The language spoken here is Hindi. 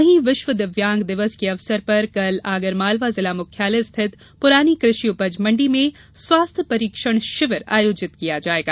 वहीं विश्व दिव्यांग दिवस के अवसर पर कल आगरमालवा जिला मुख्यालय स्थिति पुरानी कृषि उपज मंडी में स्वास्थ्य परीक्षण शिविर आयोजित किया जायेगा